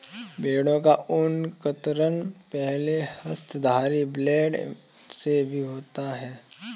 भेड़ों का ऊन कतरन पहले हस्तधारी ब्लेड से भी होता है